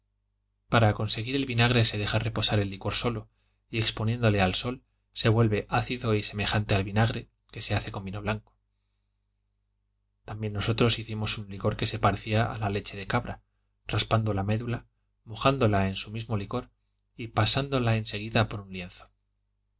para conseguir el vinagre se deja reposar el licor sólo y exponiéndole al sol se vuelve ácido y semejante al vinagre que se hace con vino blanco también nosotros hicimos un licor que se parecía a la leche de cabra raspando la medula remojándola en su mismo licor y pasándola en seguida por un lienzo